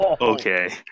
okay